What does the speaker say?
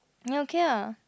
then okay ah